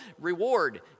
reward